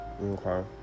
Okay